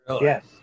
Yes